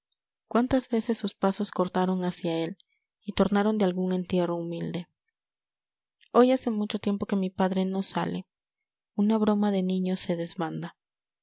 cuántas veces sus pasos cortaron hacia él y tornaron de algún entierro humilde hoy hace mucho tiempo que mi padre no sale una broma de niños se desbanda